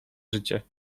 życie